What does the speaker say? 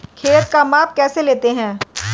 खेत का माप कैसे लेते हैं?